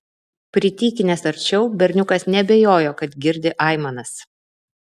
pritykinęs arčiau berniukas neabejojo kad girdi aimanas